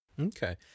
Okay